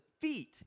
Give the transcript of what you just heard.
feet